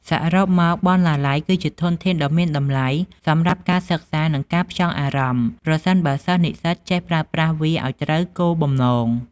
សរុបមក បណ្ណាល័យគឺជា ធនធានដ៏មានតម្លៃ សម្រាប់ការសិក្សា និងការផ្ចង់អារម្មណ៍ ប្រសិនបើសិស្សនិស្សិតចេះប្រើប្រាស់វាឲ្យត្រូវគោលបំណង។